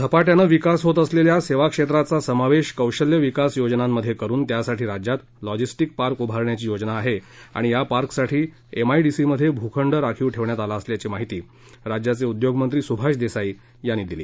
झपाट्यानं विकास होत असलेल्या सेवा क्षेत्राचा समावेश कौशल्य विकास योजनांमध्ये करुन त्यासाठी राज्यात लॉजिस्टिक पार्क उभारण्याची योजना आहे आणि या पार्कसाठी एमआयडीसीमध्ये भूखंड राखीव ठेवण्यात आला असल्याची माहिती राज्याचे उद्योगमंत्री सुभाष देसाई यांनी दिली